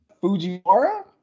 Fujiwara